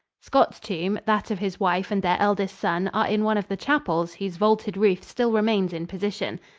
scott's tomb, that of his wife and their eldest son are in one of the chapels whose vaulted roof still remains in position.